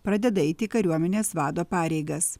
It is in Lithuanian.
pradeda eiti kariuomenės vado pareigas